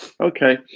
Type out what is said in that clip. Okay